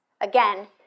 Again